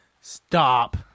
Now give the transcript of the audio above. Stop